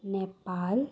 Nepal